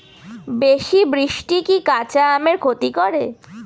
বেশি বৃষ্টি কি কাঁচা আমের ক্ষতি করে?